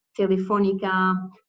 Telefonica